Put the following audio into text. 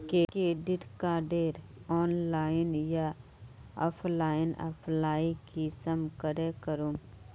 Credit कार्डेर online या offline apply कुंसम करे करूम?